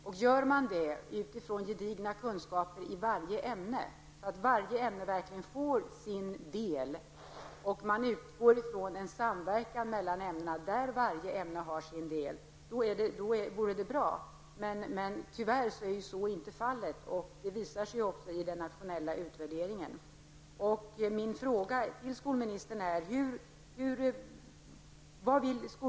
Om detta sker utifrån gedigna kunskaper i varje ämne så att varje ämne verkligen får sin del, och man utgår från en samverkan mellan ämnena, vore detta någonting bra.